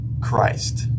Christ